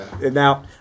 now